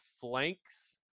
flanks